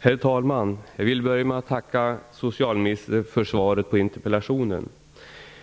Herr talman! Jag vill börja med att tacka socialministern för svaret på interpellationen.